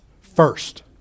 first